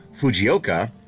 Fujioka